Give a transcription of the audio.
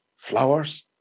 flowers